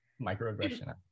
microaggression